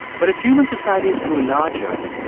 but as human societies grew larger,